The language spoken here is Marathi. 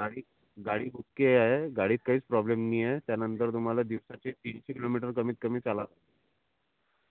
गाडी गाडी ओके आहे गाडीत काहीच प्रॉब्लेम नाही आहे त्यानंतर तुम्हाला दिवसाचे तीनशे किलोमीटर कमीत कमी चालणं